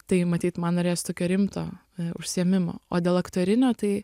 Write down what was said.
tai matyt man norėjosi tokio rimto užsiėmimo o dėl aktorinio tai